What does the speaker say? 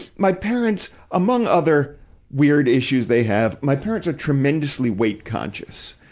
my parents, among other weird issues they have, my parents are tremendously weight-conscious.